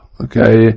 Okay